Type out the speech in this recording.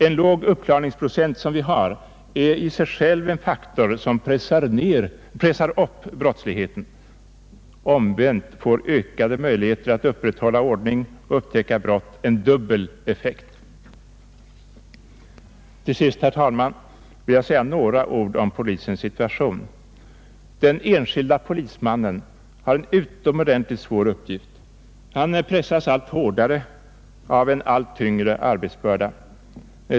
En låg uppklaringsprocent som den vi har är i och för sig en faktor som pressar upp brottsligheten. Omvänt får ökade möjligheter att upprätthålla ordning och upptäcka brott än dubbel effekt. Till sist, herr talman, vill jag säga några ord om polisens situation. Den enskilde polismannen har en utomordentligt svår uppgift. Han pressas allt hårdare av en allt tyngre arbetsbörda.